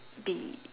be